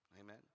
Amen